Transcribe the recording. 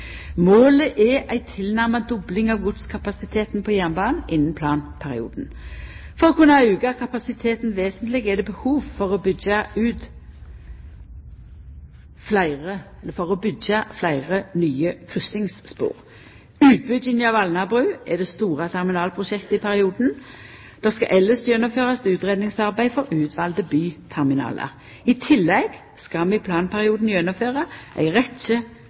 Målet er ei tilnærma dobling av godskapasiteten på jernbanen innan planperioden. For å kunna auka kapasiteten vesentleg er det behov for å kunna byggja fleire nye kryssingsspor. Utbygginga av Alnabru er det store terminalprosjektet i perioden. Det skal elles gjennomførast utgreiingsarbeid for utvalde byterminalar. I tillegg skal vi i planperioden gjennomføra ei